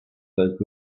those